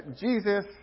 Jesus